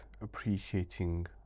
appreciating